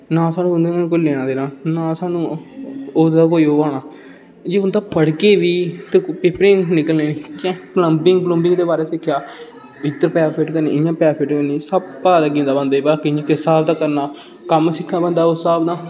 ना स्हानू उन्दे कन्नै कोला लेना देना ना स्हानू उसदा कोई ओह् आना जे उंदा पढ़गे बी ते केह् निकलना प्लंबिंग प्लुंबिंग दे बारे च सिक्खे दा इत्थे तार फिट करनी इयां तार फिट करनी सब पता लग्गी जंदा बंदे गी भला कियां किस स्हाब दा करना कम्म सिक्खै बंदा उस स्हाब दा